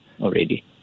already